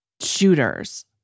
shooters